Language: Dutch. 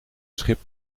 schip